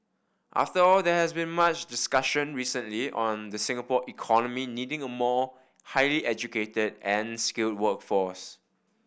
after all there has been much discussion recently on the Singapore economy needing a more highly educated and skilled workforce